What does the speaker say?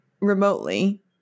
remotely